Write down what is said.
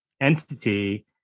entity